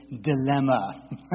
dilemma